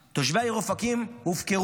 תושבי העיר אופקים הופקרו